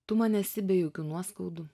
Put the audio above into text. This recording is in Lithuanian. tu man esi be jokių nuoskaudų